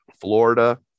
Florida